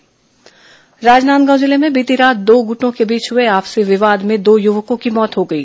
हत्या राजनांदगांव जिले में बीती रात दो गुटों के बीच हुए आपसी विवाद में दो युवकों की मौत हो गई